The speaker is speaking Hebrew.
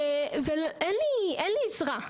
ואין לי עזרה,